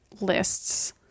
lists